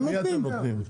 למי אתם נותנים?